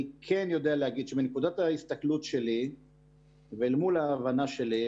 אני כן יודע להגיד שמנקודת ההסתכלות שלי ואל מול ההבנה שלי,